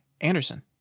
Anderson